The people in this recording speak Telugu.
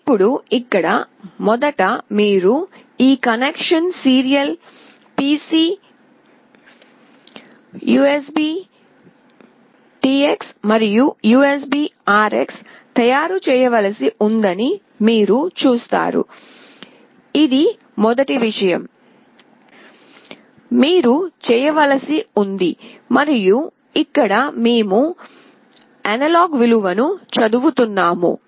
ఇప్పుడు ఇక్కడ మొదట మీరు ఈ కనెక్షన్ సీరియల్ పిసి యుఎస్బిటిఎక్స్ మరియు యుఎస్బిఆర్ఎక్స్ తయారు చేయవలసి ఉందని మీరు చూస్తారు ఇది మొదటి విషయం మీరు చేయవలసి ఉంది మరియు ఇక్కడ మేము అనలాగ్ విలువను చదువుతున్నాము